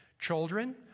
Children